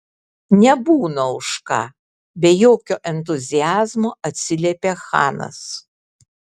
nebūna už ką be jokio entuziazmo atsiliepė chanas